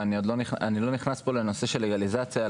ואני לא נכנס לנושא של לגליזציה,